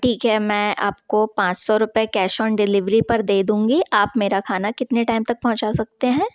ठीक है मैं आपको पाँच सौ रूपये कैश ऑन डिलीवरी पर दे दूँगी आप मेरा खाना कितने टाइम तक पहुँचा सकते हैं